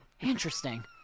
Interesting